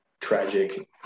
tragic